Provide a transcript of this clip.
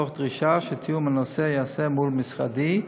תוך דרישה שתיאום הנושא ייעשה מול משרדי.